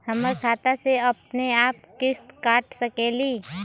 हमर खाता से अपनेआप किस्त काट सकेली?